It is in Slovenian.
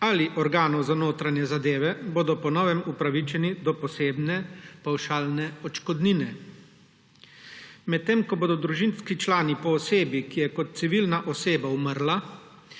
ali organov za notranje zadeve bodo po novem upravičeni do posebne pavšalne odškodnine, medtem ko bodo družinski člani po osebi, ki je kot civilna oseba umrla,